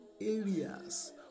areas